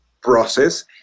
process